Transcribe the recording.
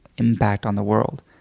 impact on the world.